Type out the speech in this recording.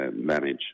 manage